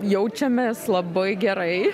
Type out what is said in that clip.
jaučiamės labai gerai